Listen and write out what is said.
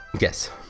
Yes